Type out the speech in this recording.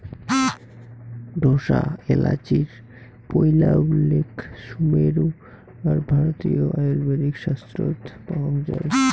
ঢোসা এ্যালাচির পৈলা উল্লেখ সুমের আর ভারতীয় আয়ুর্বেদিক শাস্ত্রত পাওয়াং যাই